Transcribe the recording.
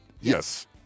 yes